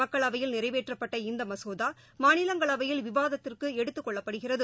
மக்களவையில் நிறைவேற்றப்பட்ட இந்தமசோதாமாநிலங்களவையில் விவாதத்திற்குஎடுத்துக் கொள்ளப்படுகிறது